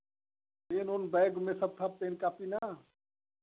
pen उन bag में सब खा पेन कॉपी न